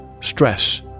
stress